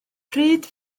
pryd